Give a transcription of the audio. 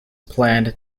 planned